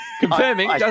Confirming